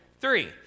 three